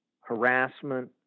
harassment